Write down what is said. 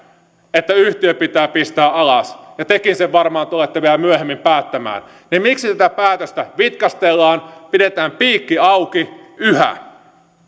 että yhtiö pitää pistää alas ja tekin sen varmaan tulette vielä myöhemmin päättämään niin miksi tätä päätöstä vitkastellaan pidetään piikki auki yhä